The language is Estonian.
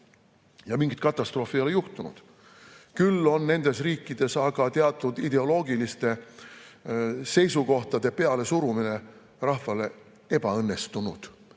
Ja mingit katastroofi ei ole juhtunud. Küll on nendes riikides aga teatud ideoloogiliste seisukohtade rahvale pealesurumine ebaõnnestunud